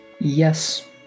Yes